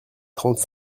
trente